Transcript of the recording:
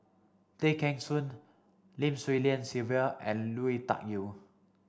Tay Kheng Soon Lim Swee Lian Sylvia and Lui Tuck Yew